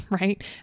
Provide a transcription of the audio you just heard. right